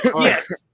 Yes